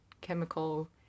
chemical